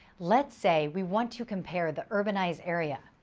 let's say we want to compare the urbanized area,